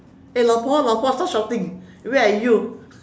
eh 老婆老婆 stop shouting where are you